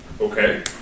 Okay